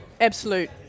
absolute